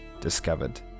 discovered